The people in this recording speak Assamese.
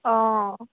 অঁ